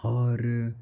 और